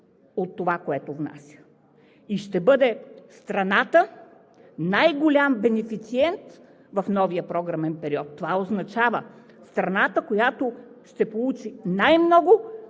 от това, което внася, и ще бъде страната – най-голям бенефициент в новия програмен период. Това означава страната, която ще получи най-много